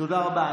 תודה רבה.